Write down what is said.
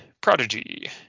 Prodigy